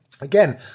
Again